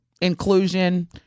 inclusion